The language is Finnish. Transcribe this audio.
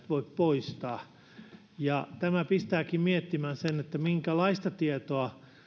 voi poistaa tämä pistääkin miettimään sitä minkälaista tietoa